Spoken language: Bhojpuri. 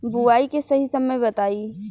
बुआई के सही समय बताई?